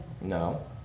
No